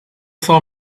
saw